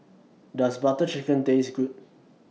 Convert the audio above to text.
Does Butter Chicken Taste Good